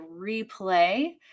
replay